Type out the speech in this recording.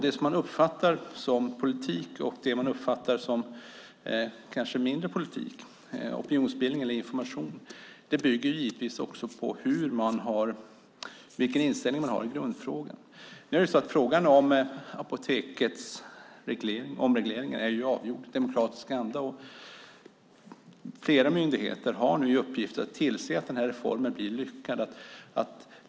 Det man uppfattar som politik och det man kanske uppfattar som mindre av politik - opinionsbildning eller information - bygger på vilken inställning man har i grundfrågan. Frågan om omreglering av apoteken är avgjord i demokratisk anda, och flera myndigheter har nu i uppgift att tillse att reformen blir lyckad.